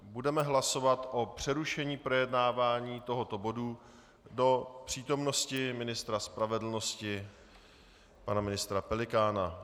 Budeme hlasovat o přerušení projednávání tohoto bodu do přítomnosti ministra spravedlnosti pana ministra Pelikána.